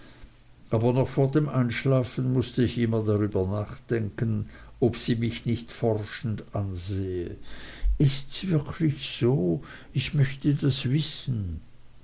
aber noch vor dem einschlafen mußte ich immer darüber nachdenken ob sie mich nicht forschend ansehe ists wirklich so ich möchte das wissen